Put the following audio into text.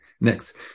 next